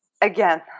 Again